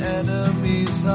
enemies